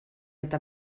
eta